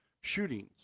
shootings